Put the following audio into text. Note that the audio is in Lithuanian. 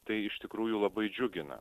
tai iš tikrųjų labai džiugina